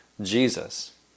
Jesus